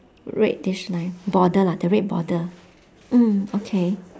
reddish line border lah the red border mm okay